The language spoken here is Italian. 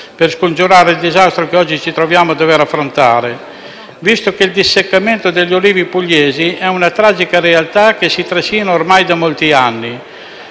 per scongiurare il disastro che oggi ci troviamo a dover affrontare, visto che il disseccamento degli olivi pugliesi è una tragica realtà che si trascina ormai da molti anni.